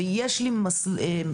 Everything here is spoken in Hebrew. ויש לי מסיע,